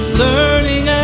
learning